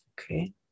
Okay